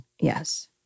Yes